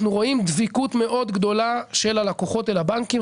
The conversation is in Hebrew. אנחנו רואים דביקות מאוד גדולה של הלקוחות אל הבנקים.